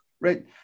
right